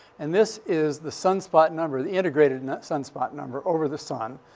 and this is the sunspot number, the integrated and sunspot number over the sun.